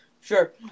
Sure